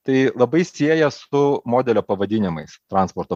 tai labai sieja su modelio pavadinimais transporto